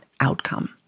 outcome